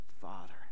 Father